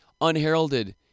unheralded